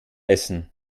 essen